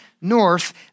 north